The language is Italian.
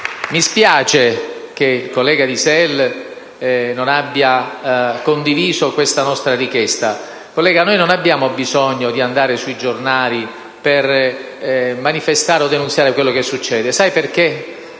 Mi spiace che il collega di SEL non abbia condiviso la nostra richiesta. Collega, non abbiamo bisogno di andare sui giornali per manifestare o denunziare quello che succede. Tutti